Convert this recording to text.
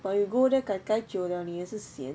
but you go there gai gai 久 liao 你也是 sian